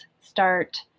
start